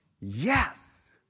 Yes